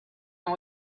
and